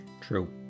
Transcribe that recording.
True